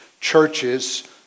churches